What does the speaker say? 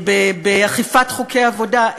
באכיפת חוקי עבודה.